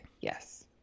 yes